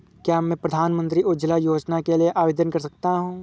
क्या मैं प्रधानमंत्री उज्ज्वला योजना के लिए आवेदन कर सकता हूँ?